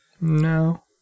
No